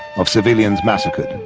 of civilians massacred,